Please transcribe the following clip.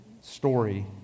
story